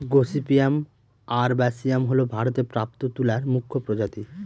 gossypium arboreum হল ভারতে প্রাপ্ত তুলার মুখ্য প্রজাতি